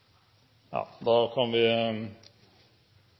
ja, jeg kan